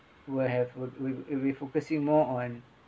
will have will will will be focusing more on